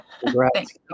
Congrats